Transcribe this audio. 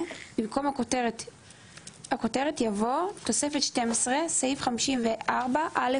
- במקום הכותרת יבוא: "תוספת שתים עשרה (סעיף 54א(א))